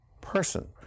person